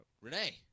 Renee